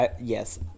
Yes